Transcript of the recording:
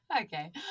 Okay